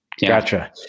Gotcha